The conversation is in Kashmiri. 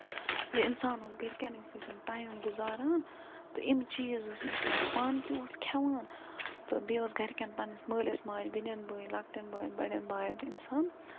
زِ اِنسان اوس گرِکٮ۪نٕے سۭتۍ ٹایم گُزاران تہٕ یِم چیٖز اوس اِنسان پانہٕ تہِ اوس کھٮ۪وان تہٕ بیٚیہِ اوس گرِکین پَنٕنِس مٲلِس ماجہِ بیٚنین بٲٮ۪ن لۄکٹین باین بَڑین باین تہِ اِنسان